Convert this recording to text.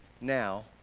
now